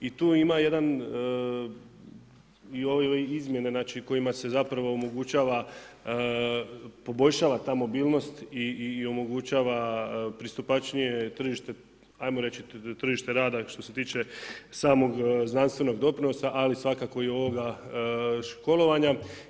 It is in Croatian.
I tu ima jedan i ove izmjene, znači kojima se zapravo omogućava, poboljšava ta mobilnost i omogućava pristupačnije, tržište, ajmo tržište rada što se tiče samog znanstvenog doprinosa ali svakako i ovoga školovanja.